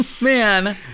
Man